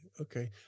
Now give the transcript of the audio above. okay